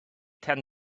ten